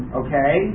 okay